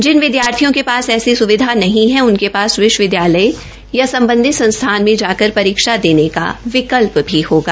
जिन विदयार्थियों के पास ऐसी सुविधा नहीं है उनके पास विश्वविदयालय या संबंधित संस्थान में जाकर परीक्षा देने का विकल्प होगा